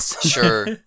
Sure